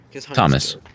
Thomas